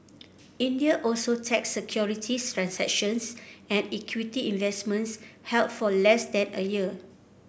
India also tax securities transactions and equity investments held for less than a year